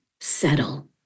settle